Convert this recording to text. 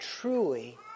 truly